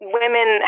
women